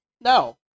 No